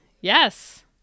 Yes